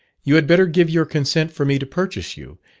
you had better give your consent for me to purchase you,